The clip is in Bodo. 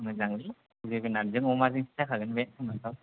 मोजांलै जोगोनारजों अमा जोंसो जाखागोन बे होमबाथ'